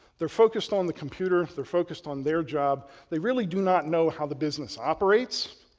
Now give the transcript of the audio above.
they're focused on the computer. they're focused on their job. they really do not know how the business operates.